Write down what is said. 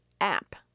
app